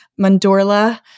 mandorla